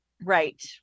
Right